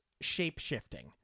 shape-shifting